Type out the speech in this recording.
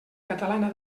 catalana